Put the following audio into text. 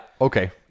okay